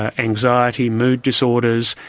ah anxiety, mood disorders,